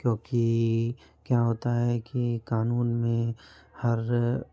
क्योंकि क्या होता है कि कानून में हर